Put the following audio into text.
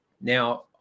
now